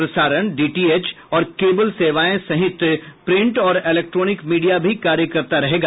प्रसारण डीटीएच और केबल सेवाओं सहित प्रिंट और इलेक्ट्रोनिक मीडिया भी कार्य करता रहेगा